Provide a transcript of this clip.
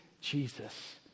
Jesus